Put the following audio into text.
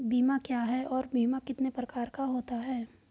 बीमा क्या है और बीमा कितने प्रकार का होता है?